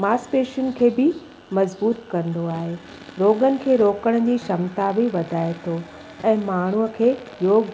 मांसपेशियुनि खे बि मज़बूत कंदो आहे रोगन खे रोकण जी शक्ति क्षमता बि वधाए थो ऐं माण्हूअ खे योग